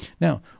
Now